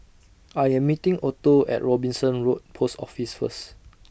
I Am meeting Otto At Robinson Road Post Office First